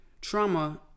trauma